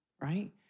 right